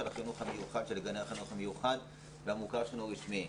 גני החינוך המיוחד והמוכר שאינו רשמי.